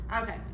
Okay